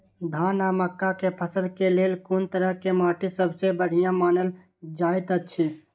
धान आ मक्का के फसल के लेल कुन तरह के माटी सबसे बढ़िया मानल जाऐत अछि?